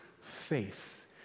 faith